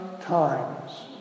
times